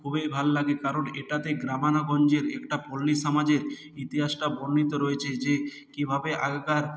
খুবই ভাল লাগে কারণ এটাতে গ্রামগঞ্জের একটা পল্লী সমাজের ইতিহাসটা বর্ণিত রয়েছে যে কীভাবে আগেকার